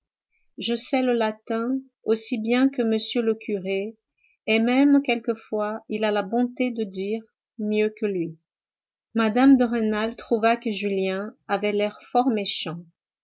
je sais le latin aussi bien que m le curé et même quelquefois il a la bonté de dire mieux que lui mme de rênal trouva que julien avait l'air fort méchant